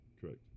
Correct